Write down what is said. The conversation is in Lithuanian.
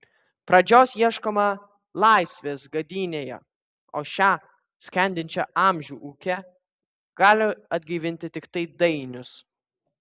pradžios ieškoma laisvės gadynėje o šią skendinčią amžių ūke gali atgaivinti tiktai dainius